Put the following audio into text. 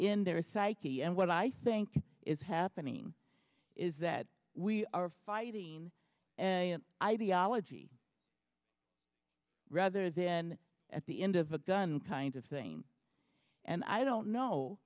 in their psyche and what i think is happening is that we are fighting an ideology rather then at the end of a gun kind of thing and i don't know